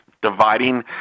dividing